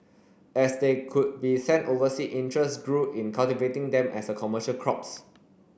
as they could be sent oversea interest grew in cultivating them as a commercial crops